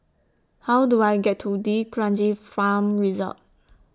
How Do I get to D'Kranji Farm Resort